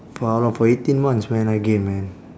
for how long for eighteen months man again man